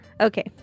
Okay